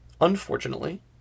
Unfortunately